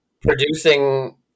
producing